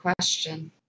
question